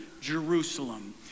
Jerusalem